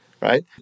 right